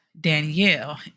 Danielle